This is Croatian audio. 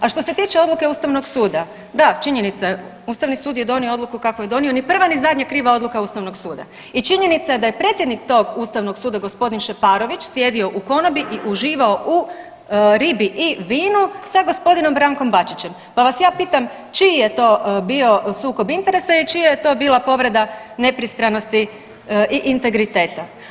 A što se tiče odluke ustavnog suda, da činjenica je, ustavni sud je donio odluku kakvu je donio, ni prva ni zadnja kriva odluka ustavnog suda i činjenica je da je predsjednik tog ustavnog suda g. Šeparović sjedio u konobi i uživao u ribi i vinu sa g. Brankom Bačićem, pa vas ja pitam čiji je to bio sukob interesa i čija je to bila povreda nepristranosti i integriteta.